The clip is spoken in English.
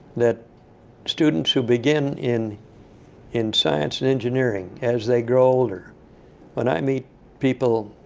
that students who begin in in science and engineering, as they grow older when i meet people,